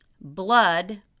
blood